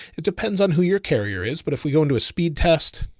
it depends on who your carrier is. but if we go into a speed test,